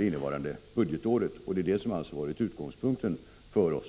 innevarande budgetår. Det är detta som har varit utgångspunkten för oss.